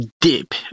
deep